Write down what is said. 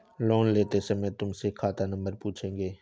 loan लेते समय तुमसे खाता नंबर पूछेंगे